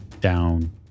down